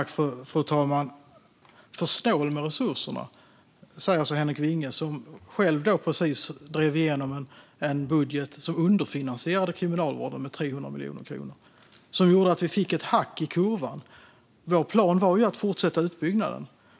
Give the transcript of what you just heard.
Fru talman! För snål med resurserna, säger Henrik Vinge, som själv precis drev igenom en budget som underfinansierade Kriminalvården med 300 miljoner kronor, som gjorde att vi fick ett hack i kurvan. Vår plan var att fortsätta utbyggnaden.